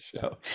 show